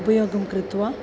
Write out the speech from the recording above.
उपयोगं कृत्वा